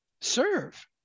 Serve